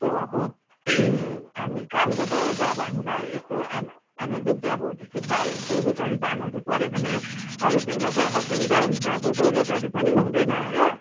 यस्तो अब हामी काम गर्दा ओर्दा अब हामीलाई यस्तो एम एमर्जेन्सी अब त्यस्तो बाइ टोइलेटहरू जानुहरू पऱ्यो भने हौ यति बेला चाहिँ असुविधा हुन्छ अब टोइलेटहरू पनि हुँदैन होइन